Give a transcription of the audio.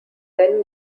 then